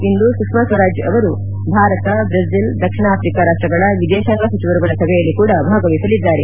ಇಂದು ಸುಷ್ಕಾ ಸ್ವರಾಜ್ ಅವರು ಭಾರತ ಬ್ರೆಜಿಲ್ ದಕ್ಷಿಣ ಆಫ್ರಿಕಾ ರಾಷ್ಷಗಳ ವಿದೇಶಾಂಗ ಸಚಿವರುಗಳ ಸಭೆಯಲ್ಲಿ ಕೂಡಾ ಭಾಗವಹಿಸಲಿದ್ದಾರೆ